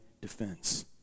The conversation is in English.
defense